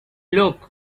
look